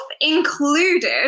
included